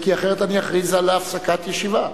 כי אחרת אני אכריז על הפסקת ישיבה.